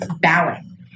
bowing